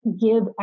give